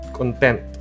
content